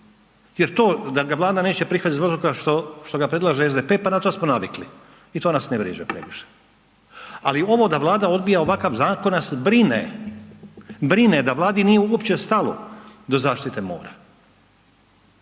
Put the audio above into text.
jer to da ga Vlada neće prihvatiti zbog toga što ga preslaže SDP, pa na to smo navikli i to nas ne vrijeđa previše. Ali ovo da Vlada odbija ovakav zakon nas brine, brine da Vladi nije uopće stalo do zaštite mora